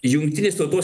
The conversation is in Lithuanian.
jungtinės tautos